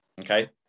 okay